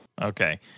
Okay